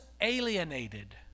alienated